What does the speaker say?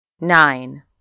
Nine